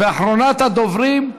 אחרונת הדוברים,